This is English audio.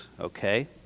Okay